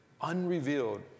unrevealed